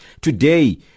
today